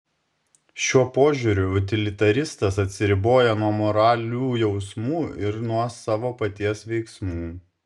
šiuo požiūriu utilitaristas atsiriboja nuo moralių jausmų ir nuo savo paties veiksmų